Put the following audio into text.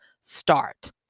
start